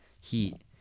heat